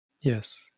Yes